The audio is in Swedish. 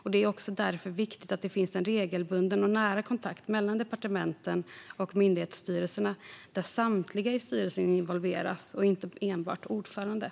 Det är därför viktigt att det finns en regelbunden och nära kontakt mellan departementen och myndighetsstyrelserna, där samtliga i styrelsen involveras och inte enbart ordföranden.